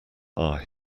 are